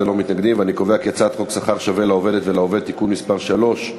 חוק שכר שווה לעובדת ולעובד (תיקון מס' 3),